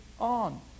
on